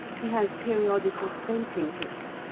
he has periodical fainting-fits,